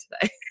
today